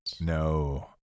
No